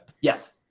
Yes